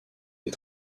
des